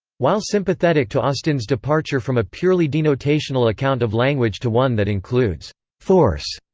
while sympathetic to austin's departure from a purely denotational account of language to one that includes force,